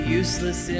useless